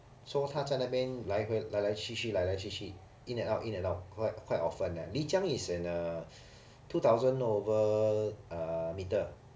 so 他在那边来回来来去去来来去去 in and out in and out quite quite often eh 丽江 is in uh two thousand over meter